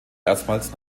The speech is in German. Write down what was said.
erstmals